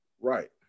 Right